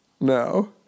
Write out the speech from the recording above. No